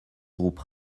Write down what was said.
groupe